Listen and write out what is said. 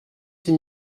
six